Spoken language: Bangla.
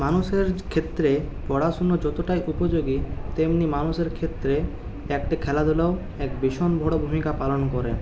মানুষের ক্ষেত্রে পড়াশুনো যতটাই উপযোগী তেমনি মানুষের ক্ষেত্রে একটা খেলাধুলাও এক ভীষণ বড়ো ভূমিকা পালন করে